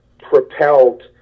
propelled